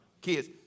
kids